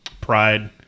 pride